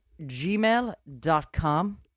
gmail.com